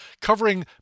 covering